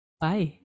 Bye